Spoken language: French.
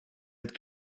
aide